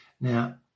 Now